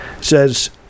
says